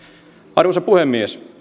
arvoisa puhemies